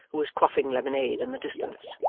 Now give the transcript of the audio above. who was quaffing lemonade in the distance.